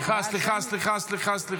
אמסלם, לא?